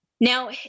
Now